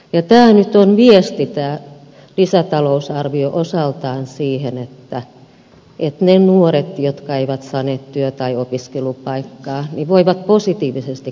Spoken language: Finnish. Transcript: ja tämä lisätalousarvio nyt on osaltaan viesti siitä että ne nuoret jotka eivät saaneet työ tai opiskelupaikkaa voivat positiivisesti katsoa tulevaisuuteen